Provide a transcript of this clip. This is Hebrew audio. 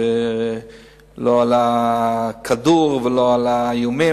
לא על הכדור ולא על האיומים.